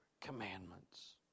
commandments